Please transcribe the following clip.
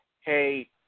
hey